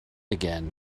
again